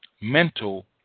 Mental